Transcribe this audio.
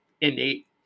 innate